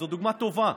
זו דוגמה טובה.